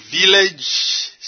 village